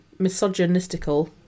misogynistical